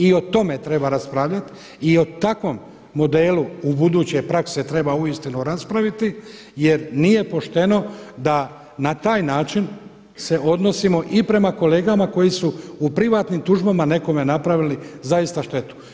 I o tome treba raspravljati i o takvom modelu ubuduće prakse treba uistinu raspraviti jer nije pošteno da na taj način se odnosimo i prema kolegama koji su u privatnim tužbama nekome napravili zaista štetu.